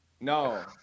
No